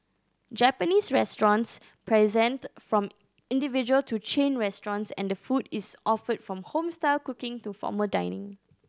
Japanese restaurants present from individual to chain restaurants and the food is offered from home style cooking to formal dining